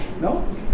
No